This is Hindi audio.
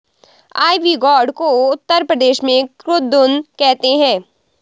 आईवी गौर्ड को उत्तर प्रदेश में कुद्रुन कहते हैं